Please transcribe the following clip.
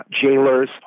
jailers